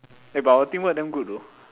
eh but our teamwork damn good though